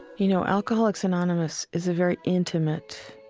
you know, alcoholics anonymous is a very intimate